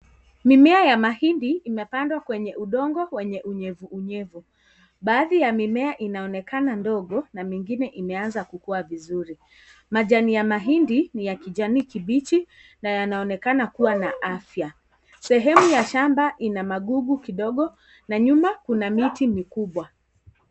Mimea ya mahindi, imepandwa kwenye udongo kwenye unyevu unyevu. Baadhi ya mimea inaonekana ndogo, na mengine imeanza kukuwa vizuri. Majani ya mahindi ni ya kijani kibichi, na yanaonekana kuwa na afya. Sehemu ya shamba ina magugu kidogo na nyuma kuna miti mikubwa.